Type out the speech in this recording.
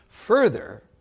Further